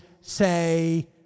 say